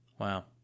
Wow